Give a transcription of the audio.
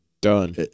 done